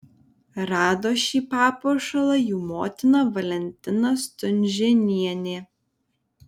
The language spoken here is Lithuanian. rado šį papuošalą jų motina valentina stunžėnienė